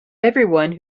everyone